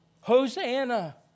Hosanna